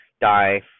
die